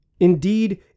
Indeed